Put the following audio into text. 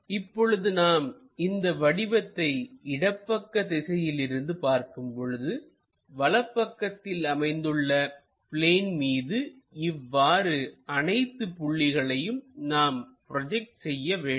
இப்பொழுது நாம் இந்த வடிவத்தை இடப்பக்க திசையில் இருந்து பார்க்கும் போது வலது பக்கத்தில் அமைந்துள்ள பிளேன் மீது இவ்வாறு அனைத்து புள்ளிகளையும் நாம் ப்ரோஜெக்ட் செய்ய வேண்டும்